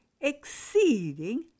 exceeding